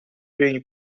beni